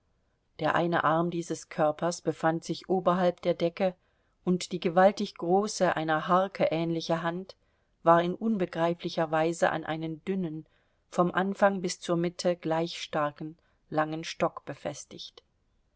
der eine arm dieses körpers befand sich oberhalb der decke und die gewaltig große einer harke ähnliche hand war in unbegreiflicher weise an einen dünnen vom anfang bis zur mitte gleich starken langen stock befestigt